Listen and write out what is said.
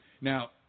Now